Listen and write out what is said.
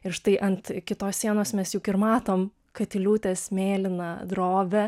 ir štai ant kitos sienos mes juk ir matom katiliūtės mėlyną drobę